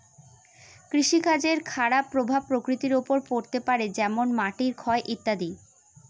কৃষিকাজের খারাপ প্রভাব প্রকৃতির ওপর পড়তে পারে যেমন মাটির ক্ষয় ইত্যাদি